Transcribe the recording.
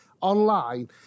online